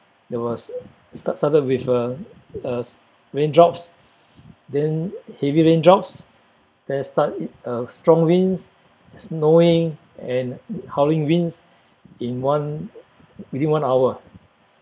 there was start started with uh uh raindrops then heavy raindrops then start uh strong winds snowing and howling winds in one within one hour